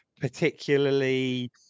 particularly